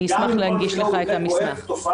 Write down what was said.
אשמח להעביר לך את המסמך.